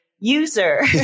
user